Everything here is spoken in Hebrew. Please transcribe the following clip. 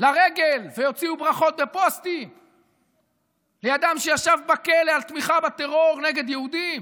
לרגל והוציאו ברכות ופוסטים לאדם שישב בכלא על תמיכה בטרור נגד יהודים.